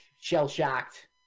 shell-shocked